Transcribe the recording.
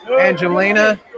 Angelina